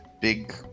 big